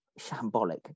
shambolic